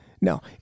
No